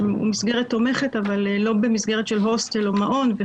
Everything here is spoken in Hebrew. שהוא מסגרת תומכת אבל לא במסגרת של הוסטל או מעון.